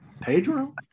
Pedro